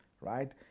right